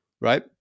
Right